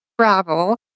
travel